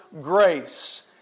grace